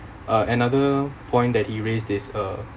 uh another point that erase this uh